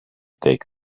take